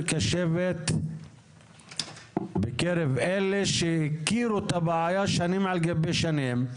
קשבת בקרב אלה שהכירו את הבעיה שנים על גבי שנים,